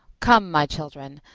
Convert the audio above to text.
come, my children,